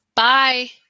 Bye